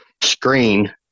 screen